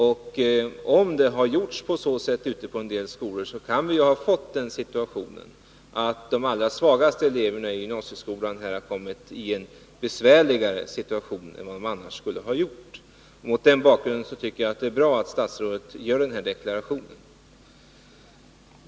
Om man har gjort så ute på en del skolor kan vi ju ha fått den situationen, att de allra svagaste eleverna i gymnasieskolan har kommit i en besvärligare situation än vad de annars skulle ha gjort. Mot den bakgrunden tycker jag det är bra att statsrådet gör den här deklarationen.